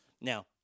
Now